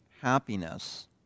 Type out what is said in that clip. happiness